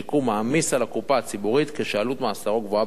מעמיס על הקופה הציבורית כשעלות מאסרו גבוהה בהרבה